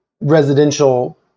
residential